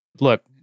Look